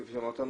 כפי שאמרת,